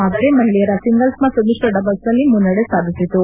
ಆದರೆ ಮಹಿಳೆಯರ ಸಿಂಗಲ್ಸ್ ಮತ್ತು ಮಿಶ್ರ ಡಬಲ್ಸ್ನಲ್ಲಿ ಮುನ್ನಡೆ ಸಾಧಿಸಿತು